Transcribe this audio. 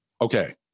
Okay